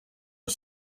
are